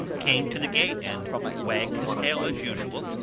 came to the gate and wagged his tail as usual,